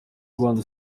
rwanda